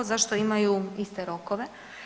Zašto imaju iste rokove?